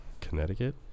connecticut